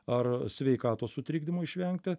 ar sveikatos sutrikdymų išvengta